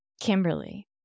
Kimberly